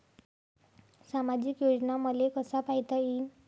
सामाजिक योजना मले कसा पायता येईन?